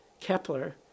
Kepler